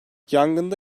yangında